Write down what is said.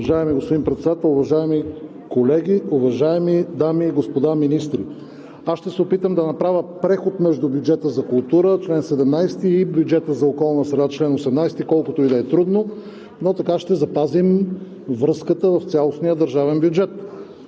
Уважаеми господин Председател, уважаеми колеги, уважаеми дами и господа министри! Ще се опитам да направя преход между бюджета за култура – чл. 17, и бюджета на околна среда – чл. 18, колкото и да е трудно, но така ще запазим връзката в цялостния държавен бюджет.